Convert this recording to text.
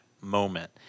moment